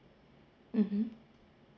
mmhmm